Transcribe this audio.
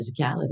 physicality